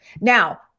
Now